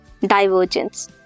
Divergence